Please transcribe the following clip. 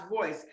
voice